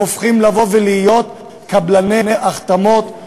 הם הופכים קבלני החתמות,